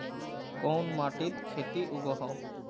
कोन माटित खेती उगोहो?